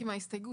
רק בהסתייגות